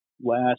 last